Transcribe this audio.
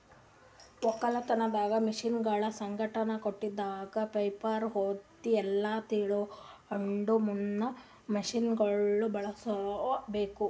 ಒಕ್ಕಲತನದ್ ಮಷೀನಗೊಳ್ ಸಂಗಟ್ ಕೊಟ್ಟಿದ್ ಪೇಪರ್ ಓದಿ ಎಲ್ಲಾ ತಿಳ್ಕೊಂಡ ಮ್ಯಾಗ್ ಮಷೀನಗೊಳ್ ಬಳುಸ್ ಬೇಕು